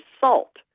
salt